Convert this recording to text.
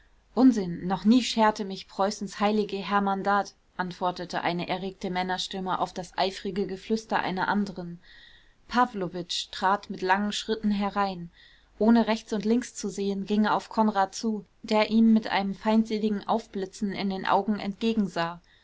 unsinn noch nie scherte mich preußens heilige hermandad antwortete eine erregte männerstimme auf das eifrige geflüster einer anderen pawlowitsch trat mit langen schritten herein ohne rechts und links zu sehen ging er auf konrad zu der ihm mit einem feindseligen aufblitzen in den augen entgegensah